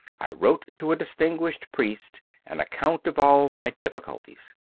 i wrote to a distinguished priest an account of all my difficulties.